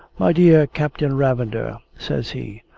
my dear captain ravender, says he.